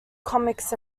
comics